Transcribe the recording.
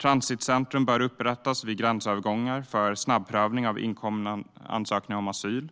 Transitcentrum bör upprättas vid gränsövergångar för snabbprövning av inkomna ansökningar om asyl.